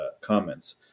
comments